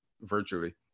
virtually